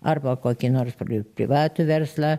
arba kokį nors pri privatų verslą